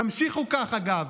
תמשיכו ככה, אגב.